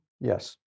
Yes